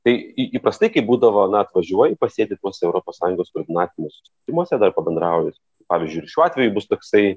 taip įprastai kaip būdavo na atvažiuoji pasėdi tuose europos sąjungos kordinatiniuose rūmuose dar pabendrauji su pavyzdžiui šiuo atveju bus toksai